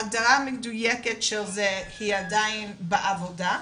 ההגדרה המדויקת של זה עדיין בעבודה,